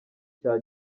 cya